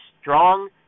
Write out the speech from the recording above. strong